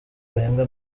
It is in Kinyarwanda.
bahembwa